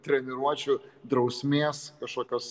treniruočių drausmės kažkokios